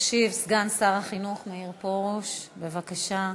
ישיב סגן שר החינוך מאיר פרוש, בבקשה.